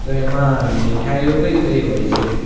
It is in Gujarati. તો એમાં મીઠાઈઓ કઈ કઈ હોય છે